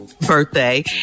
birthday